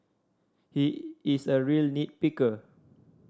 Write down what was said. he is a real nit picker